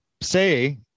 say